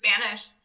Spanish